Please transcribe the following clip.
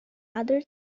other